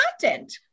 content